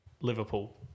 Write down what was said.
Liverpool